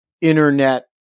internet